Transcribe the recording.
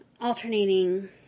alternating